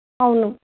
అవును